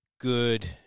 good